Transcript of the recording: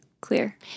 clear